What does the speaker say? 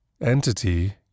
entity